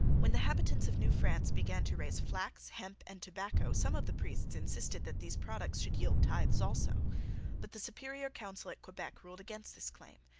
when the habitants of new france began to raise flax, hemp, and tobacco some of the priests insisted that these products should yield tithes also but the superior council at quebec ruled against this claim,